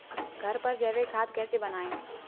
घर पर जैविक खाद कैसे बनाएँ?